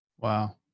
Wow